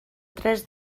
tres